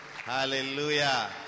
hallelujah